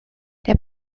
der